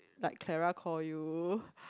like Clara call you